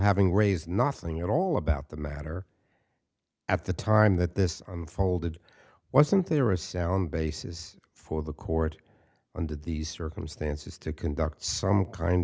having raised nothing at all about the matter at the time that this unfolded wasn't there a sound basis for the court under these circumstances to conduct some kind